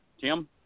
Tim